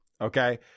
Okay